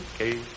okay